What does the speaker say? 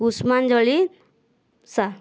ପୁଷ୍ପାଞ୍ଜଳି ସା